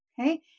Okay